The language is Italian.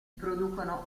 producono